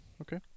okay